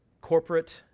corporate